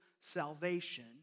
salvation